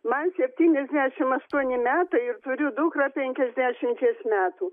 man septyniasdešimt aštuoni metai ir turiu dukrą penkiasdešimties metų